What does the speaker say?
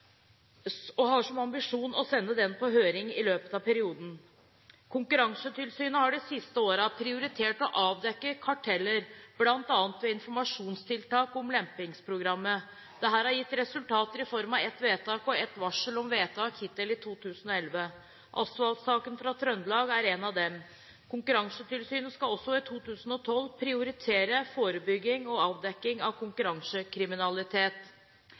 og har som ambisjon å sende den på høring i løpet av perioden. Konkurransetilsynet har de siste årene prioritert å avdekke karteller, bl.a. ved informasjonstiltak om lempingsprogrammet. Dette har gitt resultater, i form av ett vedtak og et varsel om vedtak hittil i 2011. Asfaltsaken fra Trøndelag er en av dem. Konkurransetilsynet skal også i 2012 prioritere forebygging og avdekking av konkurransekriminalitet.